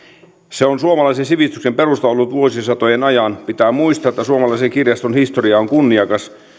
se on suomalaisen sivistyksen perusta ollut vuosisatojen ajan pitää muistaa että suomalaisen kirjaston historia on kunniakas